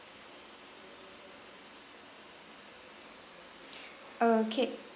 okay